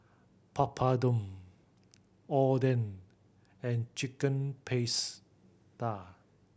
Papadum Oden and Chicken Pasta